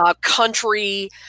Country